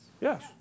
Yes